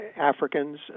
Africans